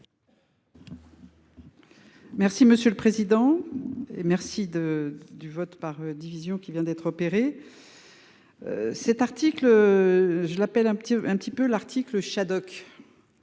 Merci monsieur le président. Et merci de du vote par division qui vient d'être opéré. Cet article. Je l'appelle un petit peu un petit peu l'article.